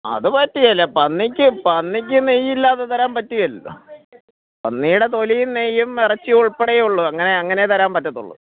അത് പറ്റുകേല പന്നിക്ക് പന്നിക്ക് നെയ്യ് ഇല്ലാതെ തരാൻ പറ്റുകേലല്ലോ പന്നിയുടെ തൊലിയും നെയ്യും ഇറച്ചിയും ഉൾപ്പെടെയുള്ളൂ അങ്ങനെ അങ്ങനെ തരാൻ പറ്റത്തുള്ളൂ